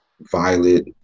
violet